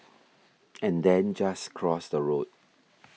and then just cross the road